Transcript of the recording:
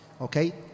Okay